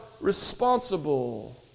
responsible